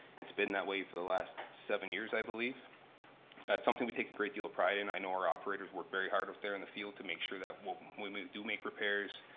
it's been that way for the last seven years, i believe. that's something we take a great deal of pride in. i know our operators work very hard out there in the field to make sure that when we we do make repairs,